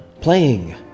Playing